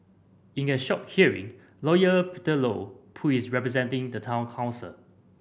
in a short hearing Lawyer Peter Low who is representing the Town Council